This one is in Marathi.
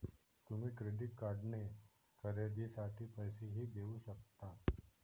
तुम्ही क्रेडिट कार्डने खरेदीसाठी पैसेही देऊ शकता